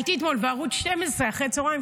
הייתי אתמול בערוץ 12 אחר הצוהריים,